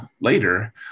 later